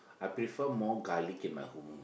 I prefer more garlic in my who move